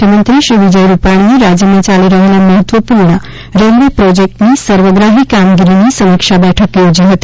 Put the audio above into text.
મુખ્યમંત્રી વિજય રૂપાણીએ રાજ્યમાં ચાલી રહેલા મહત્વપૂર્ણ રેલવે પ્રોજેક્ટની સર્વગ્રાહી કામગીરીની સમીક્ષા બેઠક યોજી હતી